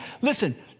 listen